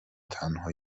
تنها